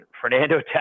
Fernando